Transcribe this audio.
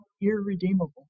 irredeemable